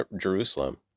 Jerusalem